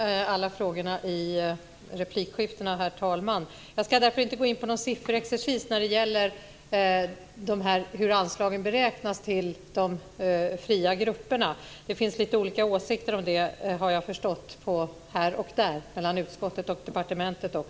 Herr talman! Det blir svårt att hinna med alla frågorna i replikskiftena. Jag ska därför inte gå in på någon sifferexercis när det gäller hur anslagen till de fria grupperna beräknas. Det finns lite olika åsikter om det här och där, har jag förstått, även mellan utskottet och departementet.